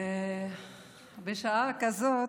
בשעה כזאת,